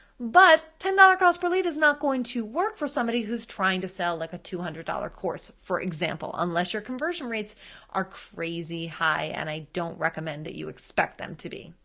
but ten dollars cost per lead is not going to work for somebody who's trying to sell like a two hundred dollars course, for example, unless your conversion rates are crazy high, and i don't recommend that you expect them to be,